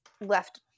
left